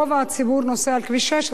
רוב הציבור נוסע על כביש 6,